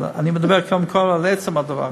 אבל אני מדבר כאן על עצם הדבר.